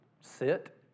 sit